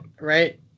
right